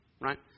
right